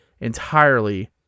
entirely